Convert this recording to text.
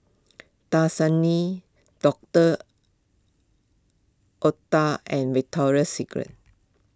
Dasani Doctor Oetker and Victoria Secret